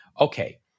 Okay